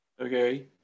Okay